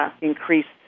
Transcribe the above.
increased